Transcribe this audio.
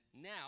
now